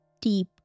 deep